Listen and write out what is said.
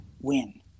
win